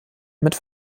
mit